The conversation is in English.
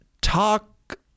talk